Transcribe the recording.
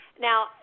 Now